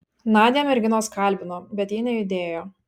nadią merginos kalbino bet ji nejudėjo